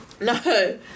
No